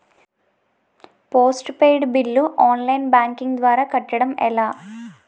Phone postpaid bill online banking ద్వారా కట్టడం ఎలా?